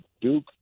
Duke